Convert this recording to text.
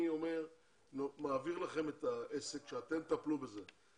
אני מעביר לכם את הנושא שאתם תטפלו בזה.